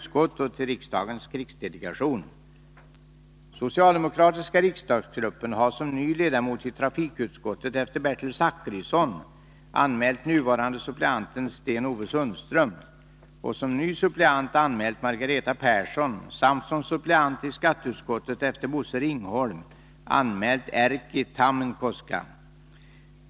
Socialdemokratiska riksdagsgruppen har som ny ledamot i trafikutskottet efter Bertil Zachrisson anmält nuvarande suppleanten Sten-Ove Sundström och som ny suppleant anmält Margareta Persson samt som suppleant i skatteutskottet efter Bosse Ringholm anmält Erkki Tammenoksa.